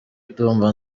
ndumva